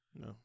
No